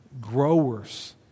growers